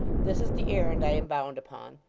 this is the errand i am bound upon.